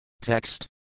Text